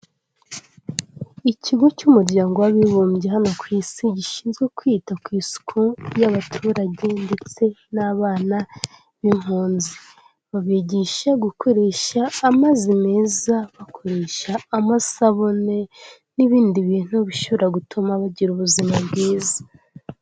Ikigo cy'umuryango w'abibumbye hano ku isi, gishinzwe kwita ku isuku y'abaturage ndetse n'abana b'impunzi. Babigisha gukoresha amazi meza, bakoresha amasabune, n'ibindi bintu bishoborara gutuma bagira ubuzima bwiza.